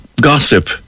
Gossip